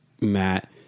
Matt